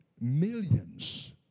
millions